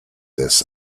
this